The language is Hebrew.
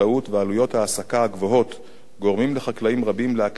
הגבוהות גורמים לחקלאים רבים להקטין פעילות חקלאית